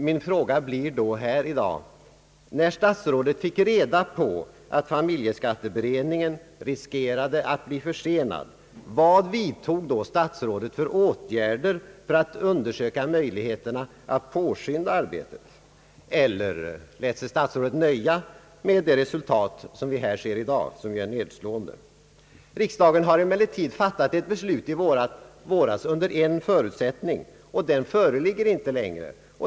Min fråga blir då här i dag: När statsrådet fick reda på att familjeskatteberedningen riskerade att bli försenad, vad vidtog då statsrådet för åtgärder för att undersöka möjligheterna att påskynda reformen, eller lät sig statsrådet nöja med det resultat som vi ser i dag och som ju är nedslående? Riksdagen fattade emellertid i våras ett beslut under en förutsättning som inte längre föreligger.